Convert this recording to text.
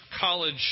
college